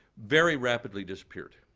very rapidly disappeared.